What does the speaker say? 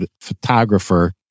photographer